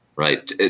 Right